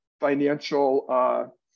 financial